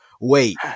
Wait